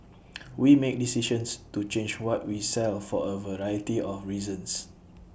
we make decisions to change what we sell for A variety of reasons